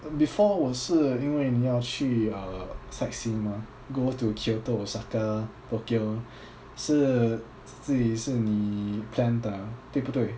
before 我是因为你要去 uh sightsee mah go to kyoto osaka tokyo 是这也是你 plan 的对不对